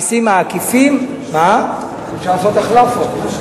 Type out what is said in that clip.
אפשר לעשות החלפות.